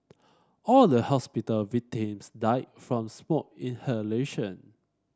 all the hospital victims died from smoke inhalation